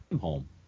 home